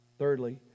thirdly